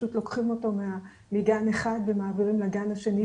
פשוט לוקחים אותו מגן אחד ומעבירים לגן שני,